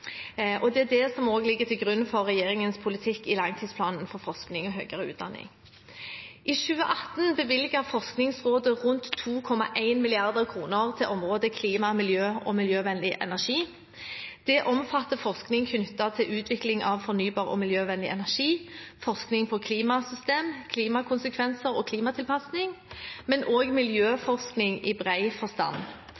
Det er det som også ligger til grunn for regjeringens politikk i langtidsplanen for forskning og høyere utdanning. I 2018 bevilget Forskningsrådet rundt 2,1 mrd. kr til området klima, miljø og miljøvennlig energi. Det omfatter forskning knyttet til utvikling av fornybar og miljøvennlig energi, forskning på klimasystem, klimakonsekvenser og klimatilpasning, men